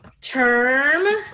term